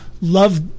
love